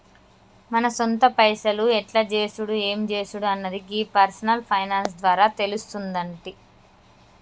మన సొంత పైసలు ఎట్ల చేసుడు ఎం జేసుడు అన్నది గీ పర్సనల్ ఫైనాన్స్ ద్వారా తెలుస్తుందంటి